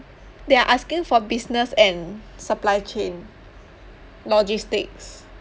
they are asking for business and supply chain logistics